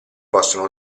possono